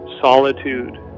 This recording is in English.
solitude